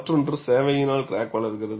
மற்றொன்று சேவையினல் கிராக் வளர்கிறது